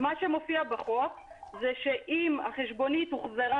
מה שמופיע בחוק זה שאם החשבונית הוחזרה